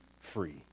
free